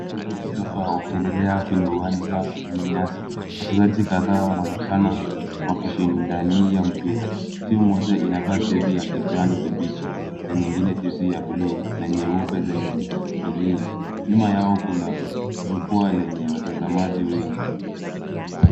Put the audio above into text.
Mchezo wa soka wa ukiendelea kwenye uwanja wenye nyasi. Wachezaji kadhaa wanaonekana wakishindania mpira. Timu moja inavaa jezi ya kijani kibichi na nyingine jezi ya buluu, na nyeupe zenye milia. Nyuma yao kuna jukwaa lenye watazamaji wengi.